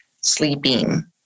sleeping